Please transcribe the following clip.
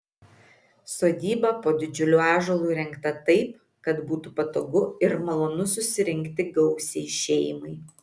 sodyba po didžiuliu ąžuolu įrengta taip kad būtų patogu ir malonu susirinkti gausiai šeimai